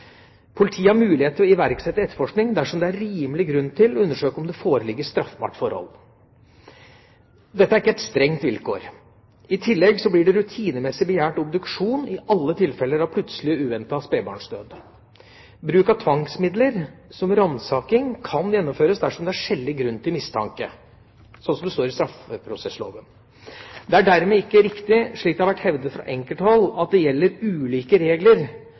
politiet har mulighet til å iverksette etterforskning dersom det er rimelig grunn til å undersøke om det foreligger straffbart forhold. Dette er ikke et strengt vilkår. I tillegg blir det rutinemessig begjært obduksjon i alle tilfeller av plutselig og uventet spedbarnsdød. Bruk av tvangsmidler, som ransaking, kan gjennomføres dersom det er skjellig grunn til mistanke, slik som det står i straffeprosessloven. Det er dermed ikke riktig, slik det har vært hevdet fra enkelte hold, at det gjelder ulike regler